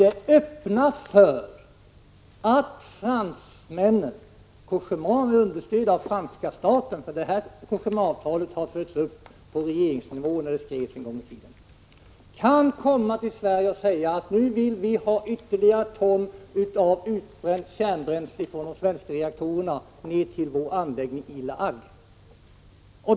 Det innebär att Cogéma med understöd av franska staten — detta avtal följdes nämligen upp på regeringsnivå när det skrevs — kan säga till oss att de vill ha fler ton utbränt kärnbränsle från de svenska reaktorerna ned till anläggningen i La Hague.